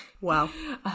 Wow